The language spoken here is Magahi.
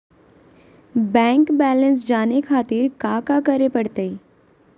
बैंक बैलेंस जाने खातिर काका करे पड़तई?